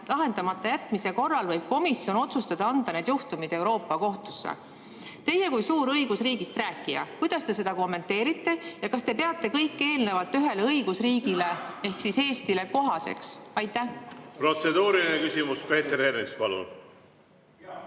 lahendamata jätmise korral võib komisjon otsustada anda need juhtumid Euroopa Kohtusse. Teie kui suur õigusriigist rääkija, kuidas te seda kommenteerite? Ja kas te peate kõike eelnevat ühele õigusriigile ehk Eestile kohaseks? Ma tänan, lugupeetud istungi